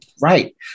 Right